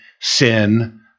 sin